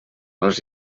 els